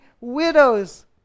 widows